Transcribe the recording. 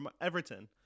Everton